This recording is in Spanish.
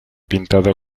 pintado